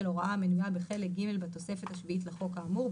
הוראה המנויה בחלק ג' בתוספת השביעית לחוק האמור,